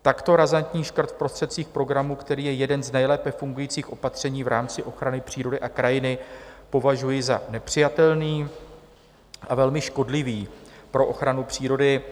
Takto razantní škrt v prostředcích programu, který je jedním z nejlépe fungujících opatření v rámci ochrany přírody a krajiny, považuji za nepřijatelný a velmi škodlivý pro ochranu přírody.